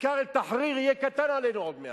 וכיכר א-תחריר תהיה קטנה עלינו עוד מעט.